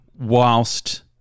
whilst